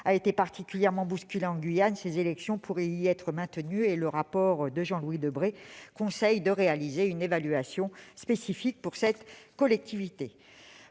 a été particulièrement bousculé en Guyane, ces élections pourraient y être maintenues, et le rapport de Jean-Louis Debré conseille de réaliser une évaluation spécifique pour cette collectivité.